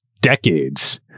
decades